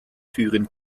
führen